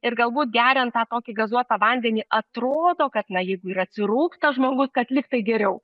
ir galbūt geriant tą tokį gazuotą vandenį atrodo kad na jeigu ir atsirūgs tas žmogus kad lyg tai geriau